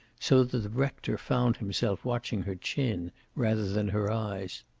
so that the rector found himself watching her chin rather than her eyes.